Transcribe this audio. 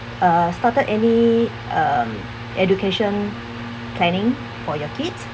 uh started any um education planning for your kids